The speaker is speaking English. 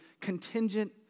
contingent